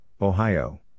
Ohio